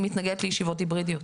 אני מתנגדת לישיבות היברידיות.